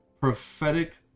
Prophetic